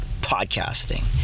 podcasting